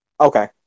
Okay